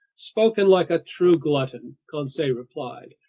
spoken like a true glutton, conseil replied.